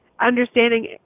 understanding